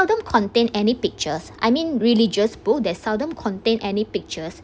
seldom contain any pictures I mean religious book they seldom contain any pictures